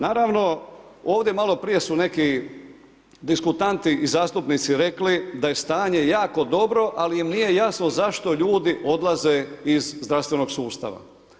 Naravno, ovdje malo prije su neki diskutanti i zastupnici rekli da je stanje jako dobro, ali im nije jasno zašto ljudi odlaze iz zdravstvenog sustava.